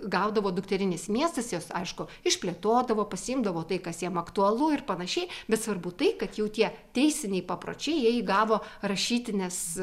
gaudavo dukterinis miestas jas aišku išplėtodavo pasiimdavo tai kas jam aktualu ir panašiai bet svarbu tai kad jau tie teisiniai papročiai jie įgavo rašytinės